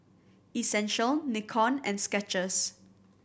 Essential Nikon and Skechers